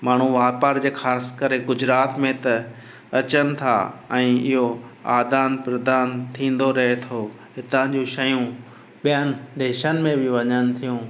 माण्हू वापार जे ख़ासि करे गुजरात में त अचनि था ऐं इहो आदान प्रदान थींदो रहे थो हितां जूं शयूं ॿियनि देशनि में बि वञनि थियूं